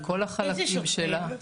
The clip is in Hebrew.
הייתי